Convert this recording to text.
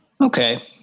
Okay